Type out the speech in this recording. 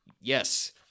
Yes